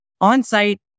on-site